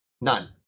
None